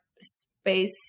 space